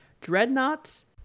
Dreadnoughts